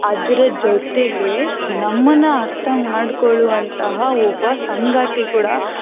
ಅದರ ಜೊತೆಗೆ ನಮ್ಮನ್ನು ಅರ್ಥ ಮಾಡಿಕೊಳ್ಳುವಂತಹ ಒಬ್ಬ ಸಂಗಾತಿ ಕೂಡ